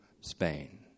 Spain